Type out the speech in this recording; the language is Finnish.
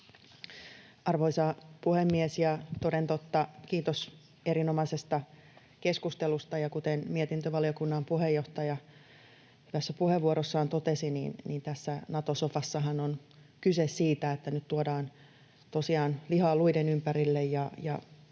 Arvoisa puhemies! Toden totta kiitos erinomaisesta keskustelusta. Kuten mietintövaliokunnan puheenjohtaja tässä puheenvuorossaan totesi, tässä Nato-sofassahan on kyse siitä, että nyt tuodaan tosiaan lihaa luiden ympärille ja